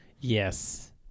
Yes